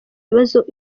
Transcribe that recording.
ibibazo